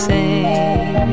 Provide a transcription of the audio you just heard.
Sing